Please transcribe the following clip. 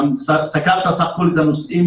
גם סקרת סך הכול את הנושאים